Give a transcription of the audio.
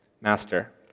Master